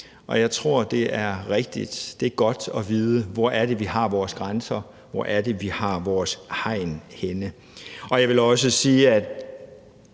Og det tror jeg er rigtigt; det er godt at vide, hvor vi har vores grænser, hvor vi har vores hegn henne. Jeg vil også sige, at